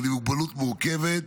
אבל עם מוגבלות מורכבת,